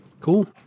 Cool